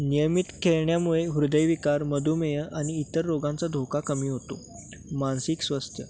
नियमित खेळण्यामुळे हृदयविकार मधुमेह आनि इतर रोगांचा धोका कमी होतो मानसिक स्वास्थ्य